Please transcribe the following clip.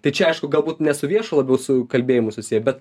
tai čia aišku galbūt ne su viešu labiau su kalbėjimu susiję be